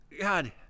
God